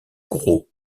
gros